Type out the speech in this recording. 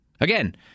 Again